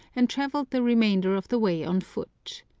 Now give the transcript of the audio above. and travelled the remainder of the way on foot.